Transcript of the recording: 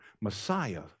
Messiah